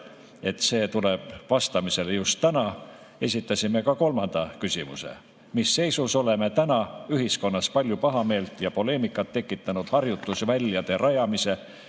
et see tuleb vastamisele just täna, esitasime ka kolmanda küsimuse: mis seisus oleme täna ühiskonnas palju pahameelt ja poleemikat tekitanud harjutusväljade rajamise